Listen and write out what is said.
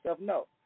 No